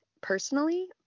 personally